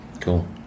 Cool